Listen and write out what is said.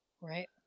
Right